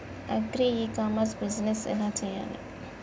Agri e commerce business ఎలా చెయ్యాలి?